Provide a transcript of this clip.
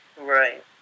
Right